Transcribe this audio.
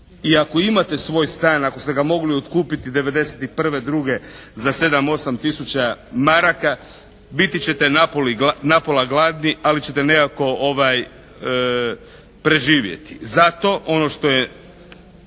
I ako imate svoj stan, ako ste ga mogli otkupiti '91., '92. za 7, 8 tisuća maraka biti ćete napola gladni ali ćete nekako preživjeti. Zato ono što je